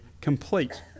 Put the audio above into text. complete